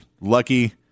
lucky